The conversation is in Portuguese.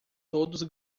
todos